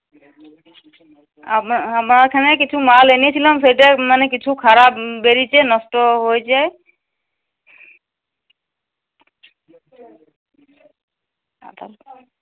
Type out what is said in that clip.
আমা আমার এখানে কিছু মাল এনেছিলাম সেটা মানে কিছু খারাপ বেরিয়েছে নষ্ট হয়েছে